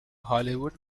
hollywood